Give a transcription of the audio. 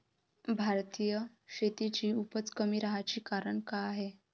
भारतीय शेतीची उपज कमी राहाची कारन का हाय?